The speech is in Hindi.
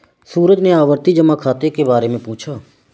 सूरज ने आवर्ती जमा खाता के बारे में पूछा